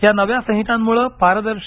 या नव्या संहितांमुळे पारदर्शी